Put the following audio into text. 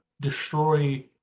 destroy